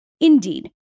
Indeed